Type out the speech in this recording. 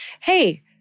hey